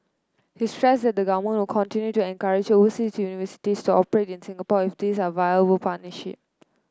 he stressed that the government will continue to encourage oversea university to operate in Singapore if these are viable partnership